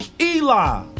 Eli